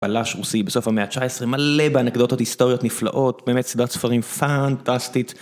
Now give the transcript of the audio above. בלש רוסי בסוף המאה ה-19, מלא באנקדוטות היסטוריות נפלאות, באמת סדרת ספרים פאנטסטית.